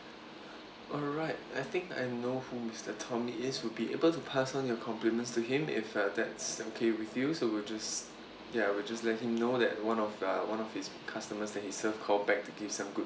alright I think I know who mister tommy is we'll be able to pass on your compliments to him if uh that's okay with you so we'll just ya we'll just let him know that one of uh one of his customers that he served called back to give some good